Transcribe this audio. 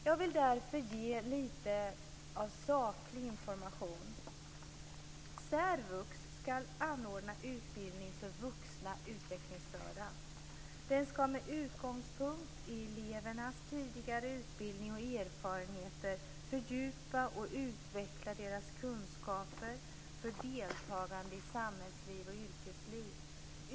Jag vill därför ge lite saklig information. Särvux ska anordna utbildning för vuxna utvecklingsstörda. Den ska med utgångspunkt i elevernas tidigare utbildning och erfarenhet fördjupa och utveckla deras kunskaper för deltagande i samhällsliv och yrkesliv.